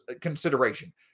consideration